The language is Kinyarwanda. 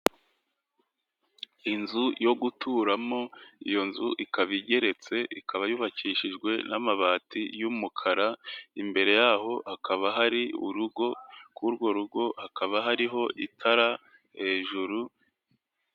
Inzu yo guturamo, iyo nzu ikaba igeretse, ikaba yubakishijwe n'amabati y'umukara, imbere yaho hakaba hari urugo, kuri urwo rugo hakaba hariho itara hejuru